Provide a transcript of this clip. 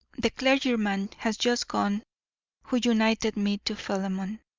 the clergyman has just gone who united me to philemon.